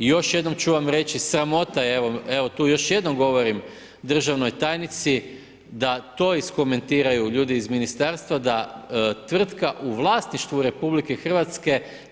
I još jednom ću vam reći, sramota, evo, tu još jednom govorim državnoj tajnici, da to iskomentraju ljudi iz ministarstva, da tvrtka u vlasništvu RH